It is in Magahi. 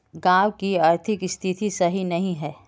गाँव की आर्थिक स्थिति सही नहीं है?